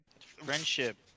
Friendship